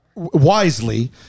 wisely